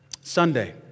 Sunday